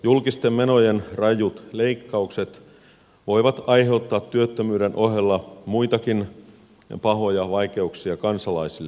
julkisten menojen rajut leikkaukset voivat aiheuttaa työttömyyden ohella muitakin pahoja vaikeuksia kansalaisille